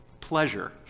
pleasure